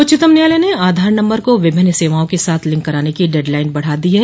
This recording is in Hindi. उच्चतम न्यायालय ने आधार नम्बर को विभिन्न सेवाओं के साथ लिंक कराने की डेडलाइन बढ़ा दी है